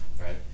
right